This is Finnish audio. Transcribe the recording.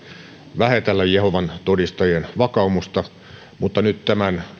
vähätellä jehovan todistajien vakaumusta mutta nyt tämän